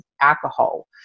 alcohol